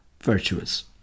virtuous